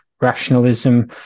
rationalism